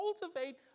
cultivate